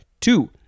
Two